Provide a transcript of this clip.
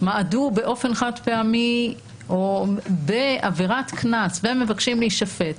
מעדו באופן חד פעמי והם בעבירת קנס והם מבקשים להישפט,